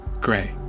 Gray